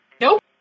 Nope